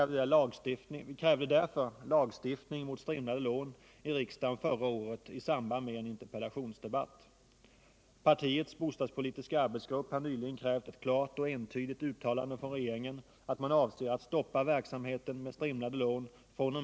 Vi krävde därför lagstiftning mot strimlade lån i samband med en in Herr talman!